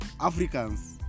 Africans